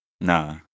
Nah